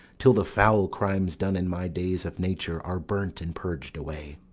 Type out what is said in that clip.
till the foul crimes done in my days of nature are burnt and purg'd away.